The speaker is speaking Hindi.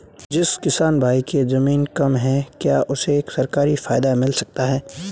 जिस किसान भाई के ज़मीन कम है क्या उसे सरकारी फायदा मिलता है?